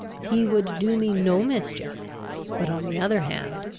he would do me no mischief but, on the other hand,